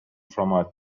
from